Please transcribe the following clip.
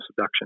subduction